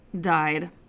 died